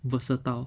versatile